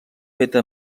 feta